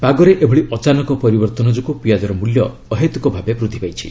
ପାଗରେ ଏଭଳି ଅଚାନକ ପରିବର୍ତ୍ତନ ଯୋଗୁଁ ପିଆକର ମଲ୍ୟ ଅହେତ୍ରକ ଭାବେ ବୃଦ୍ଧି ପାଇଛି